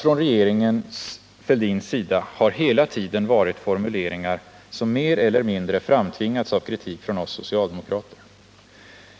Regeringen Fälldin har hela tiden kommit med formuleringar som mer eller mindre framtvingats av kritik från oss socialdemokrater.